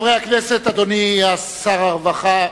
חברי הכנסת, אדוני שר הרווחה,